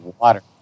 Water